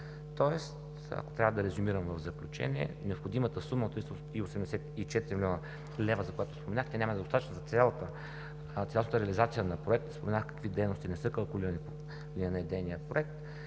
Ако трябва да резюмирам в заключение, необходимата сумата от 384 млн. лв., за която споменах, няма да е достатъчна за цялата реализация на проекта. Споменах какви дейности не са калкулирани по линия на идейния проект.